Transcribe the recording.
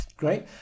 Great